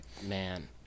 Man